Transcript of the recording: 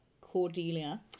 cordelia